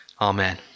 Amen